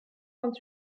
vingt